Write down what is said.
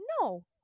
no